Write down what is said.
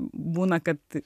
būna kad